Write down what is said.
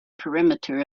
perimeter